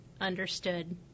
understood